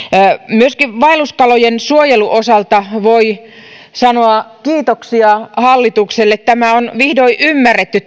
myöskin vaelluskalojen suojelun osalta voi sanoa kiitoksia hallitukselle tämä tärkeä asia on vihdoin ymmärretty